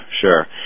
sure